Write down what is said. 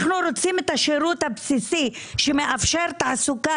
אנו רוצים את השירות הבסיסי שמאפשר תעסוקה